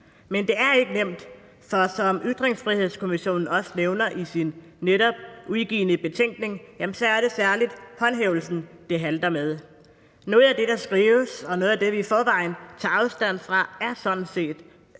Men det er ikke nemt, for som Ytringsfrihedskommissionen også nævner i sin netop udgivne betænkning, er det særlig håndhævelsen, det halter med. Noget af det, der skrives, og noget af det, vi i forvejen tager afstand fra, er sådan set